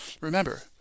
Remember